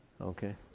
Okay